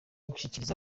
gushyikiriza